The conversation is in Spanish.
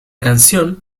canción